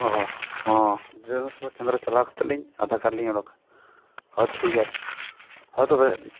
ᱚ ᱦᱮᱸ ᱠᱮᱱᱫᱨᱚ ᱪᱟᱞᱟᱣ ᱠᱟᱛᱮᱫᱞᱤᱧ ᱟᱫᱷᱟᱨ ᱠᱟᱨᱰ ᱞᱤᱧ ᱩᱰᱩᱠᱟ ᱚ ᱴᱷᱤᱠ ᱟᱪᱷᱮ ᱦᱮᱸ ᱛᱚᱵᱮ